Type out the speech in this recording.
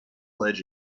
ledge